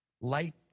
light